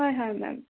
হয় হয় মেম